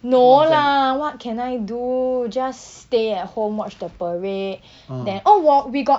no lah what can I do just stay at home watch the parade then oh 我 we got